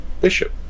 bishop